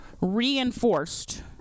reinforced